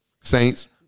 Saints